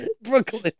Brooklyn